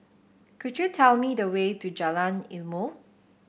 could you tell me the way to Jalan Ilmu